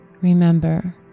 Remember